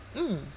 mm